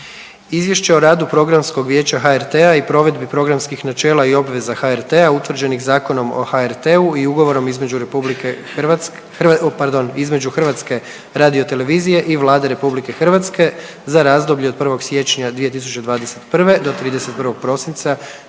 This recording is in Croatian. izvješće o radu Programskog vijeća HRT-a i provedbi programskih načela i obveza HRT-a utvrđenih Zakonom o HRT-u i Ugovorom između HRT-a i Vlade RH za razdoblje od 1. siječnja 2021. do 31. prosinca